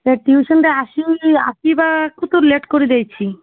ସେ ଟିଉସନରେ ଆସିବ ବୋଲି ଆସିବାକୁ ତ ଲେଟ୍ କରିଦେଇଛି